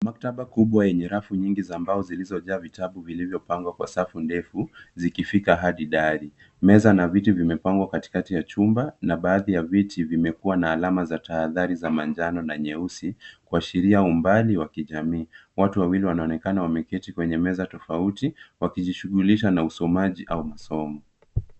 Maktaba kubwa yenye rafu nyingi za mbao zilizojaa vitabu vilivyopangwa kwa safu ndefu, zikifika hadi dari. Meza na viti zimepangwa katikati ya chumba, na baadhi ya viti zimekuwa na alama za tahadhari za manjano, na nyesui, kuashiria umbali wa kijamii. Watu wawili wanaonekana wameketi kwenye meza tofauti, wakijishughulisha na usomaji, au masomo.